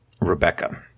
Rebecca